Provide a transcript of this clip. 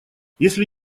если